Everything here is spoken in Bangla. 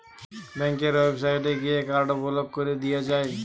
ব্যাংকের ওয়েবসাইটে গিয়ে কার্ড ব্লক কোরে দিয়া যায়